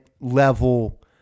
level